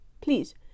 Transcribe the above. Please